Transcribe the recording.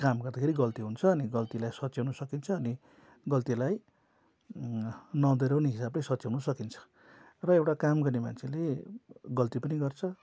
काम गर्दाखेरि गल्ती हुन्छ अनि गल्तीलाई सच्याउन सकिन्छ अनि गल्तीहरूलाई नदोहोर्याउने हिसाबले सच्याउन सकिन्छ र एउटा काम गर्ने मान्छेले गल्ती पनि गर्छ